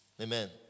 Amen